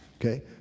okay